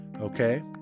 Okay